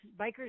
bikers